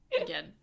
Again